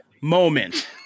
moment